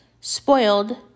spoiled